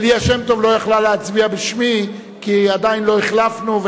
וליה שמטוב לא יכלה להצביע בשמי כי עדיין לא החלפנו.